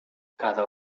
cada